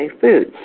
foods